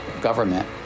government